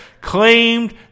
claimed